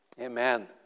Amen